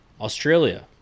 Australia